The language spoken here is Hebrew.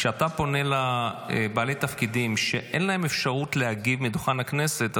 כשאתה פונה לבעלי תפקידים שאין להם אפשרות להגיב מדוכן הכנסת,